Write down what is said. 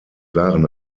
waren